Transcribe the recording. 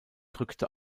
drückte